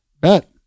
bet